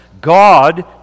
God